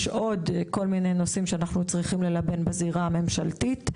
יש עוד כל מיני נושאים שאנחנו צריכים ללבן בזירה הממשלתית,